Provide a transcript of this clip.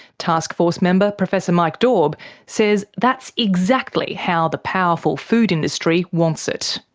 taskforce member professor mike daube says that's exactly how the powerful food industry wants it.